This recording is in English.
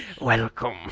Welcome